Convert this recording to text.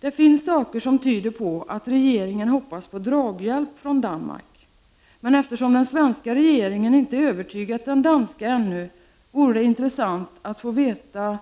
Det finns saker som tyder på att regeringen hoppas på draghjälp från Danmark, men eftersom den svenska regeringen inte har övertygat den danska ännu, vore det intressant att få veta